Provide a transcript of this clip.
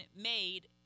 made